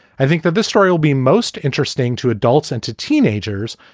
i think that the story will be most interesting to adults and to teenagers,